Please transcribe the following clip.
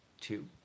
Two